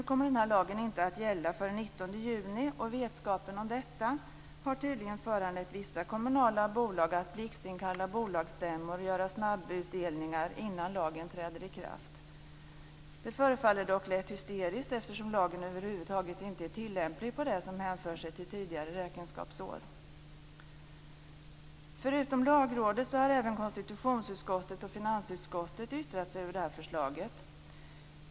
Lagen kommer inte att gälla förrän den 19 juni, och vetskapen om detta har tydligen föranlett vissa kommunala bolag att blixtinkalla bolagsstämmor och göra snabbutdelningar innan lagen träder i kraft. Det förefaller dock lätt hysteriskt, eftersom lagen över huvud taget inte är tillämplig på det som hänför sig till tidigare räkenskapsår. Förutom Lagrådet har även konstitutionsutskottet och finansutskottet yttrat sig över förslaget.